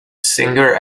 singer